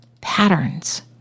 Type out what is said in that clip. patterns